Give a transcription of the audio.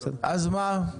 אז מה?